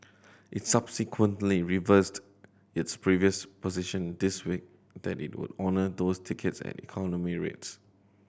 it subsequently reversed its previous position this week that it would honour those tickets at economy rates